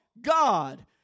God